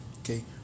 Okay